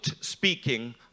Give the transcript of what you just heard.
speaking